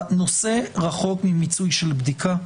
הנושא רחוק ממיצוי של בדיקה.